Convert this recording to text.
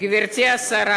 גברתי השרה,